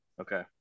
Okay